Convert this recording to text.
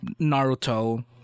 Naruto